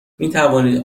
میتوانید